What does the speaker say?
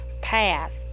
path